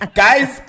guys